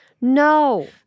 No